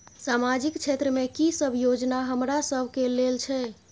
सामाजिक क्षेत्र में की सब योजना हमरा सब के लेल छै?